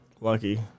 lucky